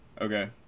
Okay